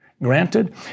Granted